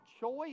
choice